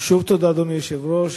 שוב תודה, אדוני היושב-ראש.